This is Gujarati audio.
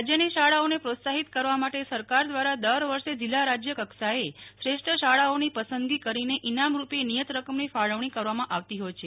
રાજ્યની શાળાઓને પ્રોત્સાહિત કરવા માટે સરકાર દ્વારા દર વર્ષે જિલ્લા રાજ્ય કક્ષાએ શ્રેષ્ઠ શાળાઓની પસંદગી કરીને ઇનામ રૂપે નિયત રકમની ફાળવણી કરવામાં આવતી હોય છે